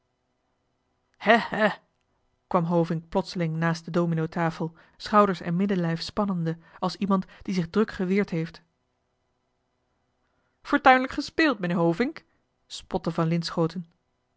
kwam hovink plotseling naast de dominotafel schouders en middenlijf spannende als iemand die zich druk geweerd heeft fortuinlijk gespeeld meneer hovink spotte van